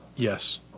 Yes